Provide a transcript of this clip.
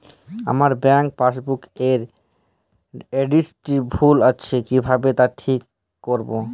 আমার bank passbook এর এড্রেসটি ভুল আছে কিভাবে তা ঠিক করবো?